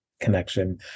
connection